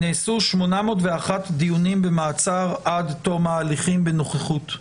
נעשו 801 דיונים במעצר עד תום ההליכים בנוכחות.